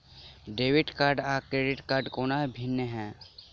Debit card आ credit कोना भिन्न है?